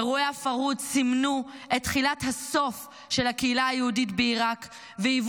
אירועי הפרהוד סימנו את תחילת הסוף של הקהילה היהודית בעיראק והיו